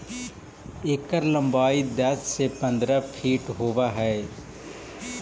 एकर लंबाई दस से पंद्रह फीट होब हई